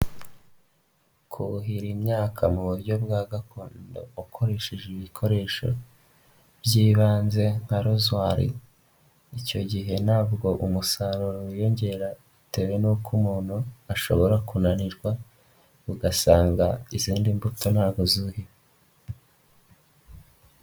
Kuhira imyaka mu buryo bwa gakondo ukoresheje ibikoresho by'ibanze nka rozwri icyo gihe ntabwo umusaruro wiyongera bitewe n'uko umuntu ashobora kunanirwa ugasanga izindi mbuto ntabwo zuhiwe.